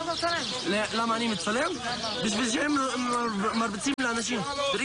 אני בטוחה שכולנו כאן מבינים עד כמה